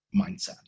mindset